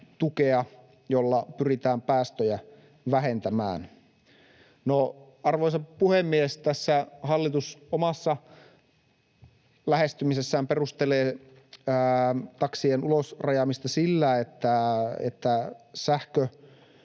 jolla pyritään päästöjä vähentämään. Arvoisa puhemies! Hallitus tässä omassa lähestymisessään perustelee taksien ulos rajaamista sillä, että sähkö